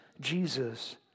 Jesus